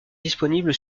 disponible